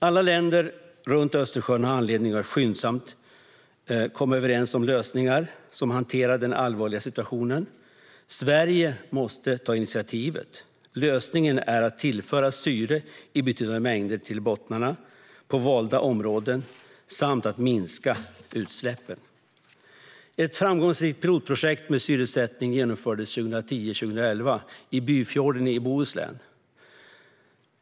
Alla länder runt Östersjön har anledning att skyndsamt komma överens om lösningar som hanterar den allvarliga situationen, och Sverige måste ta initiativet. Lösningen är att tillföra syre i betydande mängder till bottnarna på valda områden och att minska utsläppen. Ett framgångsrikt pilotförsök med syresättning genomfördes 2010-2011 i Byfjorden i Bohuslän.